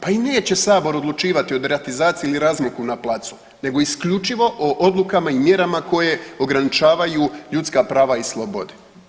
Pa i neće Sabor odlučivati o deratizaciji ili o razmaku na placu, nego isključivo o Odlukama i mjerama koje ograničavaju ljudska prava i slobode.